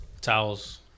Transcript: towels